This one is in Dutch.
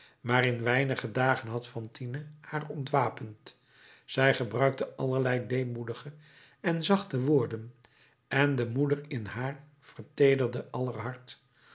maar in weinige dagen had fantine haar ontwapend zij gebruikte allerlei deemoedige en zachte woorden en de moeder in haar